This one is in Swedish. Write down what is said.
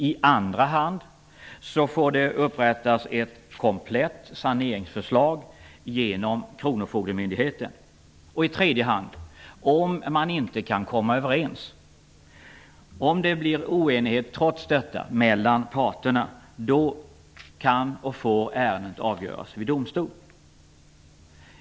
I andra hand får ett komplett saneringsförslag upprättas genom kronofogdemyndigheten. I tredje hand -- om man inte kan komma överens, om det blir oenighet trots detta mellan parterna -- kan, och får, ärendet avgöras vid domstol.